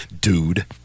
Dude